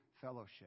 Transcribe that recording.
fellowship